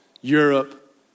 Europe